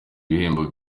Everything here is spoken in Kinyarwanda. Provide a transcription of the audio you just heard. ibihembo